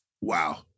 Wow